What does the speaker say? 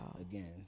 again